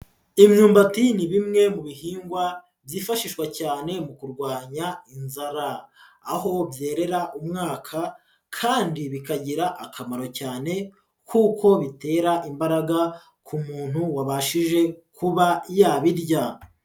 Imyumbati ni bimwe mu bihingwa byifashishwa cyane mu kurwanya inzara, aho byerera umwaka kandi bikagira akamaro cyane kuko bitera imbaraga ku muntu wabashije kuba yabirya.